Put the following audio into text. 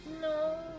No